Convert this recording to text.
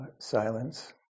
silence